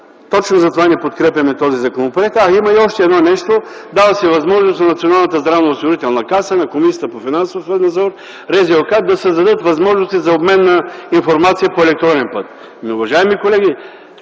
точно затова не подкрепяме този законопроект. Има и още едно нещо. Дава се възможност на Националната здравноосигурителна каса, на Комисията по финансов надзор, РЗОК да създадат възможности за обмен на информация по електронен път. Уважаеми колеги,